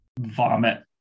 Vomit